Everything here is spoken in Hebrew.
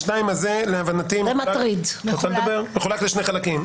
להבנתי זה מחולק לשני חלקים.